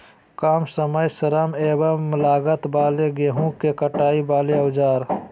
काम समय श्रम एवं लागत वाले गेहूं के कटाई वाले औजार?